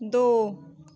दो